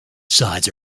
sides